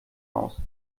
aus